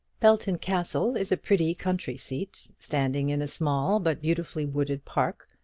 belton castle is a pretty country seat, standing in a small but beautifully wooded park,